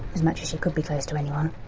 as much as she could be close to anyone.